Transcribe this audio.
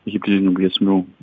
hibridinių grėsmių